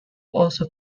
also